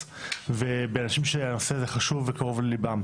באנשים שהנושא הזה חשוב וקרוב לליבם,